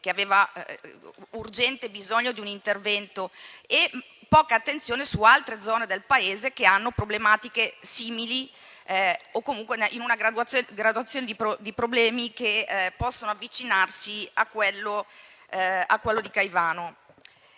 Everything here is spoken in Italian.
che aveva urgente bisogno di un intervento - e poca attenzione per altre zone del Paese che hanno problematiche simili o che comunque, in una graduazione di problemi, possono avvicinarsi a Caivano.